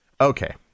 Okay